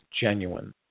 genuine